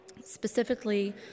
specifically